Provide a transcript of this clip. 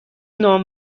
نام